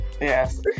yes